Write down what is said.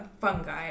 fungi